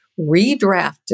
redrafted